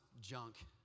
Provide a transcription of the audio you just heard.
junk